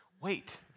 Wait